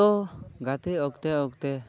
ᱛᱚ ᱜᱟᱛᱮ ᱚᱠᱛᱮ ᱚᱠᱛᱮ